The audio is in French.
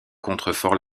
contreforts